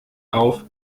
auf